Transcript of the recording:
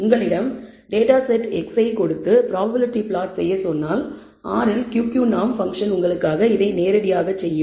உங்களிடம் data set x ஐ கொடுத்து பிராப்பபிலிடி பிளாட் செய்யச் சொன்னால் R இல் Q Q நார்ம் பங்க்ஷன் உங்களுக்காக இதை நேரடியாக செய்யும்